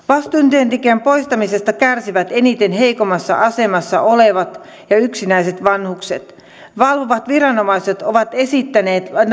vastuutyöntekijän poistamisesta kärsivät eniten heikoimmassa asemassa olevat ja yksinäiset vanhukset valvovat viranomaiset ovat esittäneet